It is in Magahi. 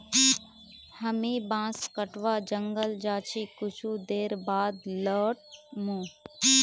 हामी बांस कटवा जंगल जा छि कुछू देर बाद लौट मु